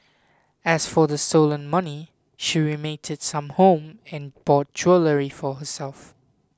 as for the stolen money she remitted some home and bought jewellery for herself